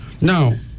Now